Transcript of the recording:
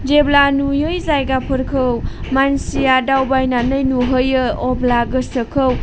जेब्ला नुयै जायगाफोरखौ मानसिया दावबायनानै नुहैयो अब्ला गोसोखौ